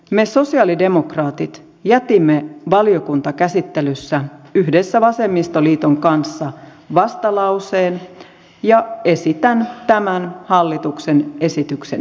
me sosialidemokraatit jätimme valiokuntakäsittelyssä yhdessä vasemmistoliiton kanssa vastalauseen ja esitän tämän hallituksen esityksen hylkäämistä